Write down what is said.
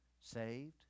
saved